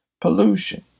Pollution